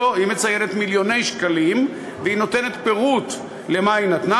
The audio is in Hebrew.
מציינת מיליוני שקלים והיא נותנת פירוט למה היא נתנה.